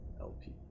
LP